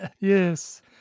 Yes